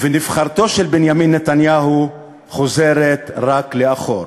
שנבחרתו של בנימין נתניהו חוזרת רק לאחור?